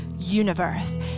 universe